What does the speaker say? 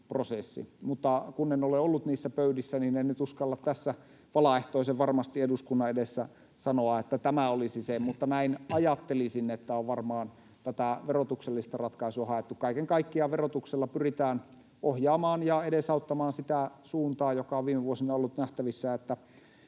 Mutta kun en ole ollut niissä pöydissä, niin en nyt uskalla tässä valaehtoisen varmasti eduskunnan edessä sanoa, että tämä olisi se. Mutta näin ajattelisin, että on varmaan tätä verotuksellista ratkaisua haettu. Kaiken kaikkiaan verotuksella pyritään ohjaamaan ja edesauttamaan sitä suuntaa, joka on viime vuosina ollut nähtävissä,